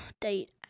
Date